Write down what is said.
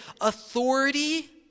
Authority